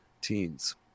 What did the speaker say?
teens